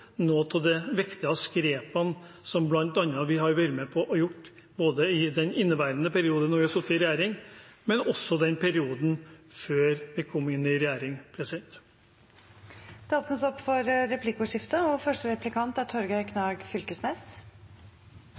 viktigste grepene vi har vært med på å ta både i den inneværende perioden, da vi har sittet i regjering, og perioden før vi kom inn i regjering. Det